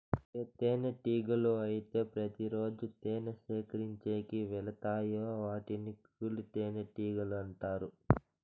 ఏ తేనెటీగలు అయితే ప్రతి రోజు తేనె సేకరించేకి వెలతాయో వాటిని కూలి తేనెటీగలు అంటారు